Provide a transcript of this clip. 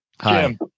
Hi